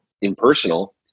impersonal